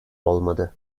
olmadı